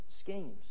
schemes